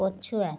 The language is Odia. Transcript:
ପଛୁଆ